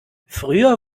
früher